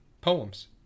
Poems